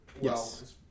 Yes